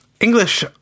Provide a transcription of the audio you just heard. English